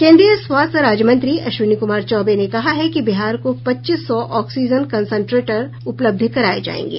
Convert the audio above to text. केन्द्रीय स्वास्थ्य राज्यमंत्री अश्विनी क्मार चौबे ने कहा है कि बिहार को पच्चीस सौ ऑक्सीजन कंसेंट्रेटर उपलब्ध कराये जायेंगे